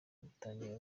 butangira